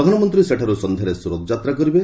ପ୍ରଧାନମନ୍ତ୍ରୀ ସେଠାରୁ ସନ୍ଧ୍ୟାରେ ସୁରତ ଯାତ୍ରା କରିବେ